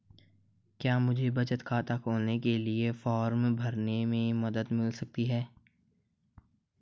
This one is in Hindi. क्या मुझे बचत खाता खोलने के लिए फॉर्म भरने में मदद मिल सकती है?